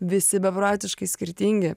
visi beprotiškai skirtingi